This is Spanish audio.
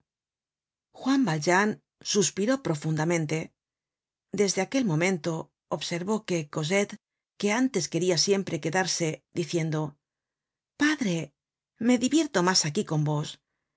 juan valjean suspiró profundamente desde aquel momento observó que cosette que antes queria siempre quedarse diciendo padre me divierto mas aquí con vos